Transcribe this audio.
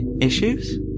Issues